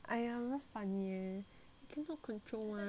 cannot control [one]